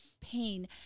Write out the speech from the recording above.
pain